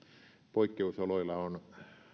poikkeusoloilla on